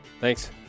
Thanks